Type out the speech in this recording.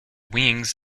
wings